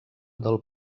del